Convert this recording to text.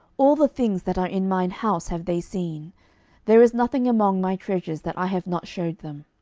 all the things that are in mine house have they seen there is nothing among my treasures that i have not shewed them.